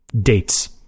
dates